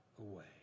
away